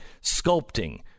Sculpting